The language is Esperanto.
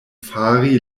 fari